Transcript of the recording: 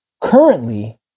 Currently